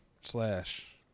slash